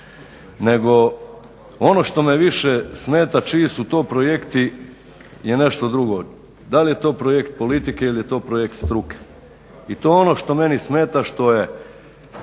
nego ono što me više smeta čiji su to projekti je nešto drugo. Dali je to projekt politike ili projekt struke. I to je ono što meni smeta što je